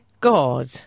God